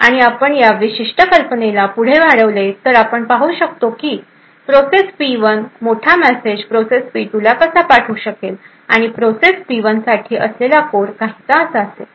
आणि आपण या विशिष्ट कल्पनेला पुढे वाढवले तर आपण पाहू शकतो की प्रोसेस पी 1 मोठा मेसेज प्रोसेस पी 2 ला कसा पाठवू शकेल आणि प्रोसेस पी 1 साठी असलेला कोड काहीसा असा असेल